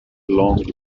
long